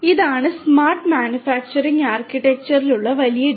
ഇതാണ് smart manufacturing ആർക്കിടെക്ചറിലുള്ള വലിയ ഡാറ്റ